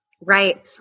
Right